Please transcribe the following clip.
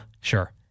Sure